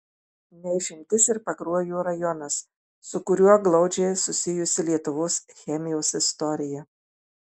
ne išimtis ir pakruojo rajonas su kuriuo glaudžiai susijusi lietuvos chemijos istorija